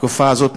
בתקופה הזאת,